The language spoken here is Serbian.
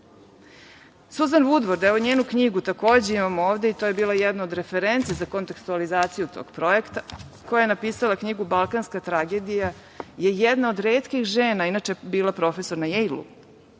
Vudvard, evo njenu knjigu takođe imam ovde i to je bila jedna od reference za kontekstualizaciju tog projekta, koja je napisala knjigu „Balkanska tragedija“ je jedna od retkih žena, inače je bila profesor na Jejlu,